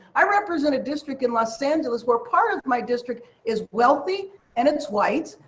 i represent a district in los angeles where part of my district is wealthy and it's white.